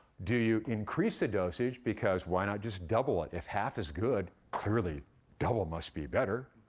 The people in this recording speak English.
do you increase the dosage? because why not just double it? if half is good, clearly double must be better.